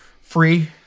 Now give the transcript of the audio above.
free